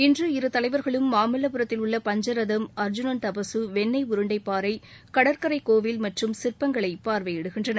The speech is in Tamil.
இன்று இரு தலைவர்களும் மாமல்லபுரத்தில் உள்ள பஞ்சரதம் அர்ஜுனள் தபசு வெண்ணை உருண்டை பாறை கடற்கரை கோவில் மற்றும் சிற்பங்களை பார்வையிடுகின்றனர்